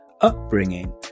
upbringing